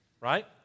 right